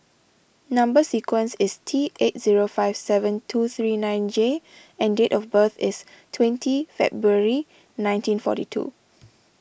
Number Sequence is T eight zero five seven two three nine J and date of birth is twenty February nineteen forty two